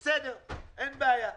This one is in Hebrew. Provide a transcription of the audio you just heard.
בסדר, אין בעיה,